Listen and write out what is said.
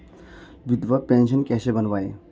विधवा पेंशन कैसे बनवायें?